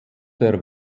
der